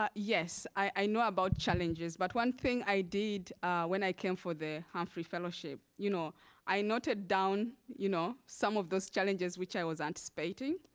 ah yes, i know about challenges, but one thing i did when i came for the humphrey fellowship, you know i noted down you know some of those challenges which i was anticipating.